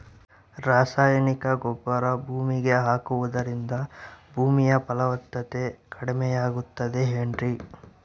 ರಾಸಾಯನಿಕ ಗೊಬ್ಬರ ಭೂಮಿಗೆ ಹಾಕುವುದರಿಂದ ಭೂಮಿಯ ಫಲವತ್ತತೆ ಕಡಿಮೆಯಾಗುತ್ತದೆ ಏನ್ರಿ?